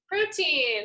protein